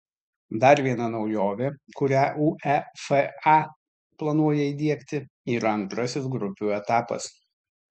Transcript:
dar viena naujovė kurią uefa planuoja įdiegti yra antrasis grupių etapas